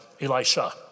Elisha